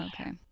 okay